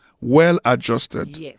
well-adjusted